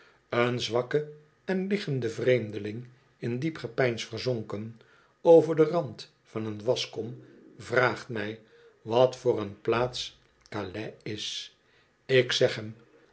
een zwakke en liggende vreemdeling in diep gepeins verzonken over den rand van een waschkom vraagt mij wat voor een plaats calais is ik zeg hem